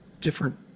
different